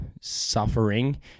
suffering